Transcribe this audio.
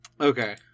Okay